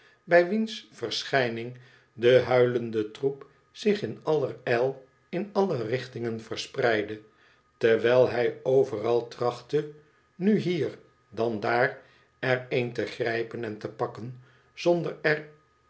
bij wiens verschijning de huilende troep zich in allerijl in alle richtingen verspreidde terwijl hij overal trachtte nu hier dan daar er een te grijpen en te pakken zonder